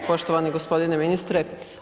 Poštovani gospodine ministre.